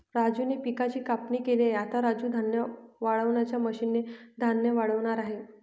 राजूने पिकाची कापणी केली आहे, आता राजू धान्य वाळवणाच्या मशीन ने धान्य वाळवणार आहे